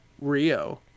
Rio